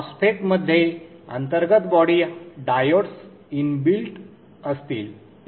MOSFET मध्ये अंतर्गत body diodes inbuilt असतील